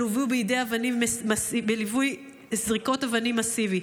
שלוו ביידוי וזריקות אבנים מסיביים.